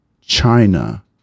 china